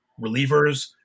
relievers